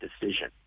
decision